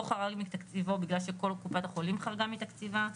חרג מתקציבו בגלל שכל קופת החולים חרגה מתקציבה?